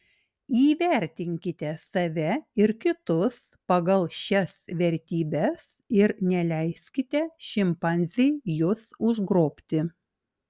įvertinkite save ir kitus pagal šias vertybes ir neleiskite šimpanzei jus užgrobti